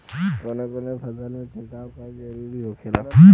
कवने कवने फसल में छिड़काव करब जरूरी होखेला?